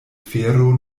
fero